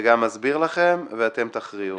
וגם אסביר לכם, ואתם תכריעו.